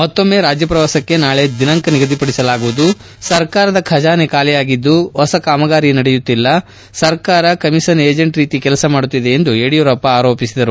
ಮತ್ತೊಮ್ನೆ ರಾಜ್ಯ ಶ್ರವಾಸಕ್ಕೆ ನಾಳೆ ದಿನಾಂಕ ನಿಗದಿ ಪಡಿಸಲಾಗುವುದು ಸರ್ಕಾರದ ಖಜಾನೆ ಖಾಲಿಯಾಗಿದ್ದು ಹೊಸಕಾಮಗಾರಿಗಳು ನಡೆಯುತ್ತಿಲ್ಲ ಸರ್ಕಾರ ಕಮಿಷನ್ ಏಜೆಂಟ್ ರೀತಿ ಕೆಲಸ ಮಾಡುತ್ತಿದೆ ಎಂದು ಯಡಿಯೂರಪ್ಪ ದೂರಿದರು